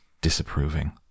disapproving